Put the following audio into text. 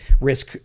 risk